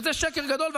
וזה שקר גדול.